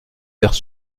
vers